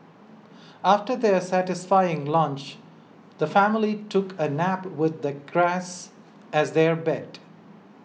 after their satisfying lunch the family took a nap with the grass as their bed